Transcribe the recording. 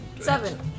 seven